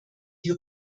die